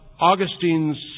Augustine's